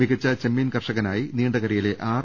മികച്ച ചെമ്മീൻ കർഷകനായി നീണ്ടകരയിലെ ആർ